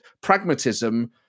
pragmatism